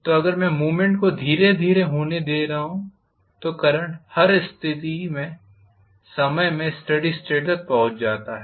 तो अगर मैं मूवमेंट को धीरे धीरे होने दे रहा हूं तो करंट हर स्थिति समय में स्टेडी स्टेट तक पहुंच सकता है